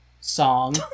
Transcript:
song